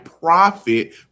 profit